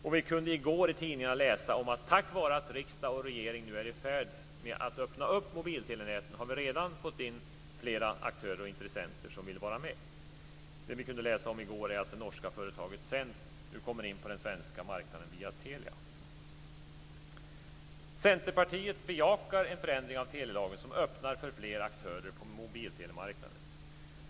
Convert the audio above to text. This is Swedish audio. Och vi kunde i går i tidningarna läsa att vi, tack vare att riksdagen och regeringen nu är i färd med att öppna upp mobiltelenäten, redan har fått in flera aktörer och intressenter som vill vara med. Det som vi kunde läsa om i går var att det norska företaget Sense nu kommer in på den svenska marknaden via Telia. Centerpartiet bejakar en förändring av telelagen som öppnar för fler aktörer på mobiltelemarknaden.